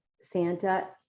santa